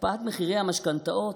הקפאת מחירי המשכנתאות,